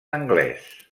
anglès